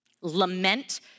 Lament